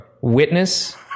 Witness